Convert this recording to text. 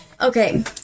Okay